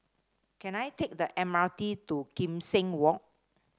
can I take the M R T to Kim Seng Walk